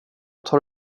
tar